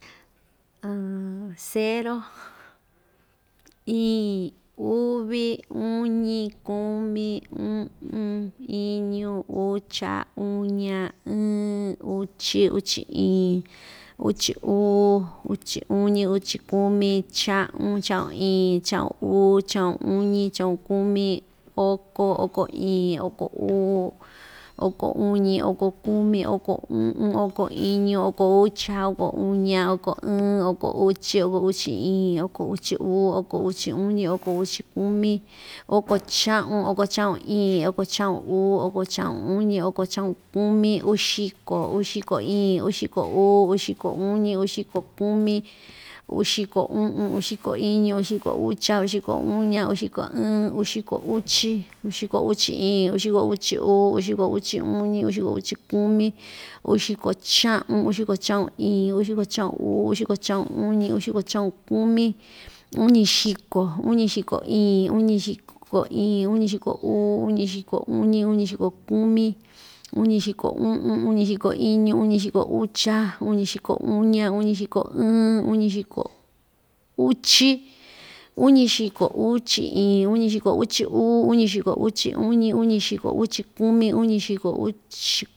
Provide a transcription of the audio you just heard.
cero, iin, uvi, uñi, kumi, u'un, iñu, ucha, uña, ɨɨn, uchi, uchi iin, uchi uu, uchi uñi, uchi kumi, cha'un, cha'un iin, cha'un uu, cha'un uñi, cha'un kumi, oko, oko iin, oko uu, oko uñi, oko kumi, oko u'un, oko iñu, oko ucha, oko uña, oko ɨɨn, oko uchi, oko uchi iin, oko uchi uu, oko uchi uñi, oko uchi kumi, oko cha'un, oko cha'un iin, oko cha'un uu, oko cha'un uñi, oko cha'un kumi, uxiko, uxiko iin, uxiko uu, uxiko uñi, uxiko kumi, uxiko u'un, uxiko iñu, uxiko ucha, uxiko uña, uxiko ɨɨn, uxiko uchi, uxiko uchi iin, ixiko uchi uu, uxiko uchi uñi, uxiko uchi kumi, uxiko cha'un, uxiko cha'un iin, uxiko cha'un uu, uxiko cha'un uñi, uxiko cha'un kumi, uñixiko, uñixiko iin, uñixiko iin, uñixiko uu, uñixiko uñi, uñixiko kumi, uñixiko u'un, uñixiko iñu, uñixiko ucha, uñixiko uña, uñixiko ɨɨn, uñixiko‑uchi, uñixiko‑uchi iin, uñixiko‑uchi uu, uñixiko‑uchi uñi, uñixiko‑uchi kumi, uñixiko‑uchi.